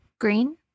green